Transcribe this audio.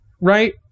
Right